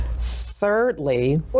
Thirdly